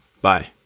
Bye